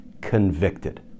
convicted